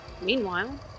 Meanwhile